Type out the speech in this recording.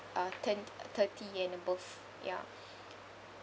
uh turned thirty and above ya